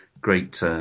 great